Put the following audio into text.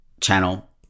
channel